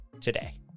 today